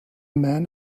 man